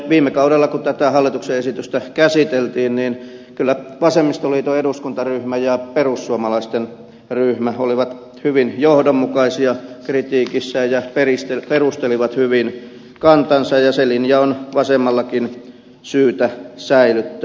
viime kaudella kun tätä hallituksen esitystä käsiteltiin kyllä vasemmistoliiton eduskuntaryhmä ja perussuomalaisten ryhmä olivat hyvin johdonmukaisia kritiikissään ja perustelivat hyvin kantansa ja se linja on vasemmallakin syytä säilyttää